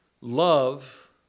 love